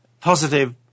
positive